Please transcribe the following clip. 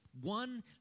one